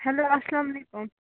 hello اسلام وعلیکم